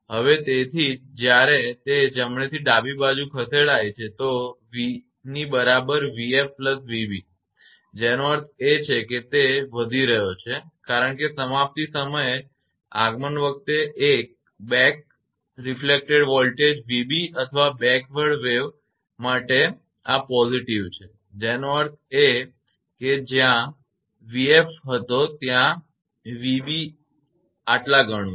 હવે તેથી જ જ્યારે તે જમણેથી ડાબી બાજુ ખસેડાય છે તો v ની બરાબર છે 𝑣𝑓 𝑣𝑏 જેનો અર્થ છે કે તે વધી રહ્યો છે કારણ કે સમાપ્તિ સમયે આગમન વખતે બેક રિફલેકટેડ વોલ્ટેજ 𝑣𝑏 અથવા બેકવર્ડ વેવ માટે આ positive છે જેનો અર્થ છે જે 𝑣𝑓 ત્યાં હતો ત્યાં 𝑣𝑏 એ આ ઘણું છે